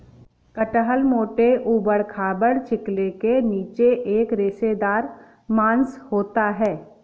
कटहल मोटे, ऊबड़ खाबड़ छिलके के नीचे एक रेशेदार मांस होता है